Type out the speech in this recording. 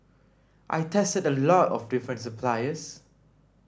I tested a lot of different suppliers